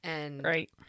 Right